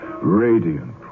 radiant